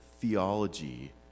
theology